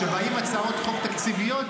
כשבאים עם הצעות חוק תקציביות,